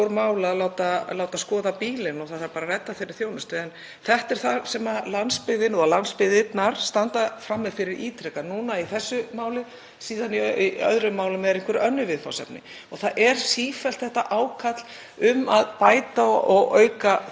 síðan í öðrum málum eru einhver önnur viðfangsefni. Það er sífellt þetta ákall um að bæta og auka þjónustu. Ég vil einfaldlega hvetja ráðherra, af því að það er mikill einhugur að mínu mati hér í þinginu til að gera enn betur, til að reyna að nýta þann samstarfsvilja